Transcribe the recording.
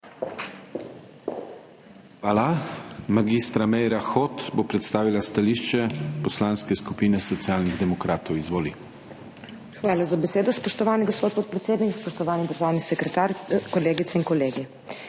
Hvala. Mag. Meira Hot bo predstavila stališče Poslanske skupine Socialnih demokratov. Izvoli. MAG. MEIRA HOT (PS SD): Hvala za besedo, spoštovani gospod podpredsednik. Spoštovani državni sekretar, kolegice in kolegi!